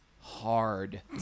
hard